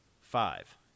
Five